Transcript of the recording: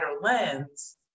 lens